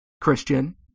Christian